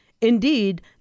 Indeed